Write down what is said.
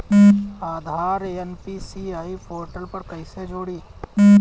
आधार NPCI portal पर कईसे जोड़ी?